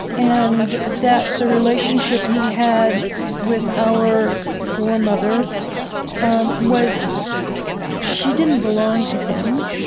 and that the relationship he had with our foremother um was she didn't belong to him.